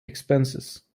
expenses